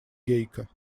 гейка